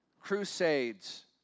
crusades